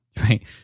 Right